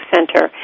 Center